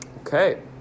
Okay